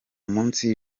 munsi